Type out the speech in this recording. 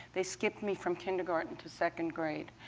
they skipped me from kindergarten to second grade.